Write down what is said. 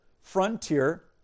frontier